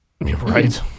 right